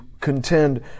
contend